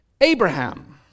Abraham